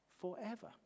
forever